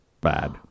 bad